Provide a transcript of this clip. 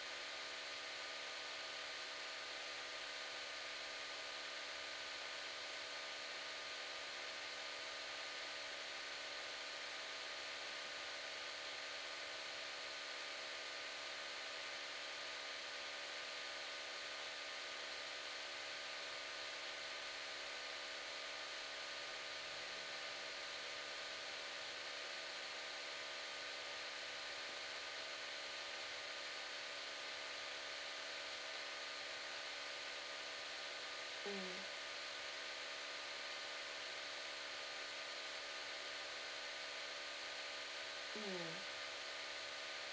mm mm